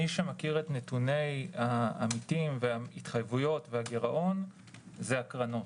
מי שמכיר את נתוני העמיתים וההתחייבויות והגירעון זה הקרנות,